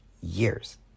Years